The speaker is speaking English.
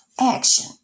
action